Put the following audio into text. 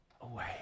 away